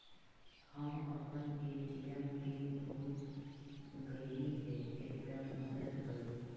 हम अपन ATM PIN भूल गईली हे, कृपया मदद करी